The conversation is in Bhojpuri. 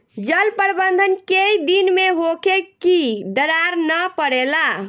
जल प्रबंधन केय दिन में होखे कि दरार न परेला?